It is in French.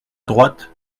droite